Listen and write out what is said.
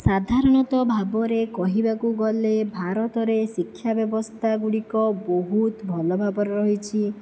ସାଧାରଣତଃ ଭାବରେ କହିବାକୁ ଗଲେ ଭାରତରେ ଶିକ୍ଷାବ୍ୟବସ୍ଥା ଗୁଡ଼ିକ ବହୁତ ଭଲ ଭାବରେ ରହିଛି